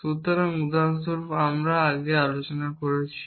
সুতরাং উদাহরণস্বরূপ আমরা সিস্টেম নিয়ে আগে আলোচনা করেছি